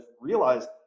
realized